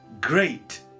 Great